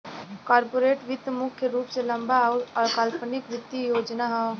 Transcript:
corporate वित्त मुख्य रूप से लंबा आउर अल्पकालिक वित्तीय योजना हौ